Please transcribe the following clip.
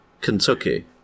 Kentucky